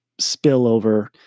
spillover